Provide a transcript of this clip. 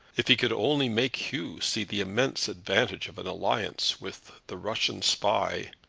if he could only make hugh see the immense advantage of an alliance with the russian spy,